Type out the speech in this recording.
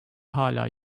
hala